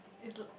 it's